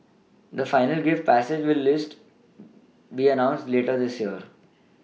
the final gift package list be announced later this year